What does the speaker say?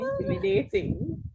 intimidating